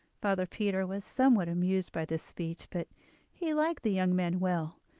father peter was somewhat amused by this speech but he liked the young man well,